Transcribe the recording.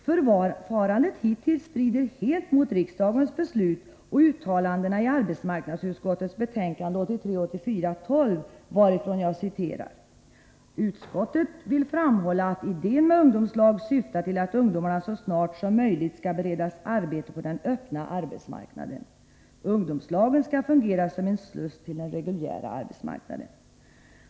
Förfarandet hittills strider helt mot riksdagens beslut och uttalandena i arbetsmarknadsutskottets betänkande 1983/84:12, varur jag citerar: ”Utskottet vill slutligen framhålla att idén med ungdomslag syftar till att ungdomarna så snart som möjligt skall beredas arbete på den öppna arbetsmarknaden. Ungdomslagen skall fungera som en sluss till den reguljära arbetsmarknaden.